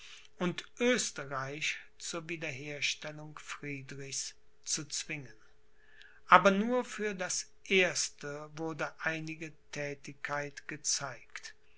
und oesterreich zur wiederherstellung friedrichs zu zwingen aber nur für das erste wurde einige thätigkeit gezeigt